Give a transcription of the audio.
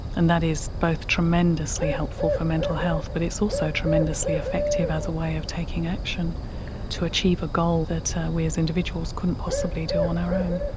and that is both tremendously helpful for mental health but it's also tremendously effective as a way of taking action to achieve a goal that we as individuals couldn't possibly do on our own.